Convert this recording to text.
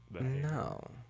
No